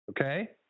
okay